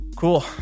cool